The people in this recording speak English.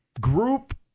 group